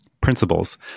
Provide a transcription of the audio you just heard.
principles